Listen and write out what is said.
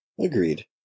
Agreed